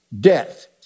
death